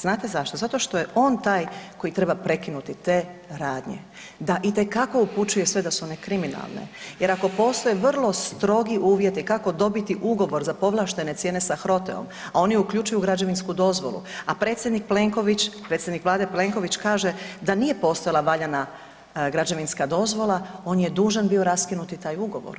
Zato što je on taj koji treba prekinuti te radnje da itekako upućuje sve da su one kriminalne jer ako postoje vrlo strogi uvjeti kako dobiti ugovor za povlaštene cijene sa HROTE-om, a oni uključuju građevinsku dozvolu, a predsjednik Plenković, predsjednik Vlade Plenković kaže da nije postojala valjana građevinska dozvola on je dužan bio raskinuti taj ugovor.